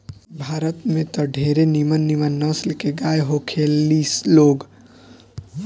भारत में त ढेरे निमन निमन नसल के गाय होखे ली लोग